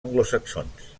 anglosaxons